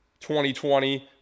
2020